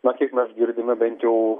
na kiek mes girdime bent jau